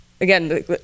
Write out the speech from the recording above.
again